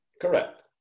Correct